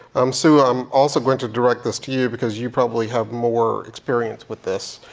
um sue, i'm also going to direct this to you because you probably have more experience with this.